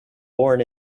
born